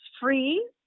free